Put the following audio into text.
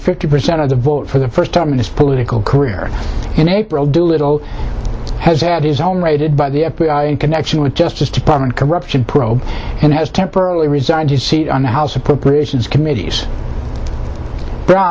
fifty percent of the vote for the first time in his political career in april doolittle has had his own raided by the f b i connection with justice department corruption probe and has temporarily resigned his seat on the house appropriations committees brown